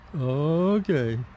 Okay